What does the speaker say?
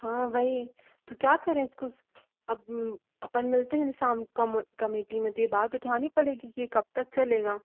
हाँ वही तो क्या करें इसको अब अपन मिलते हैं शाम कमेटी तो ये बात उठानी पड़ेगी कि ये कब तक चलेगा